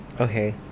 Okay